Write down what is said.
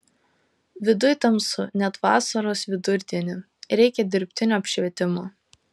viduj tamsu net vasaros vidurdienį reikia dirbtino apšvietimo